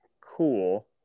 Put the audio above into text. cool